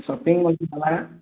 shopping ମଲକୁ ଯିବା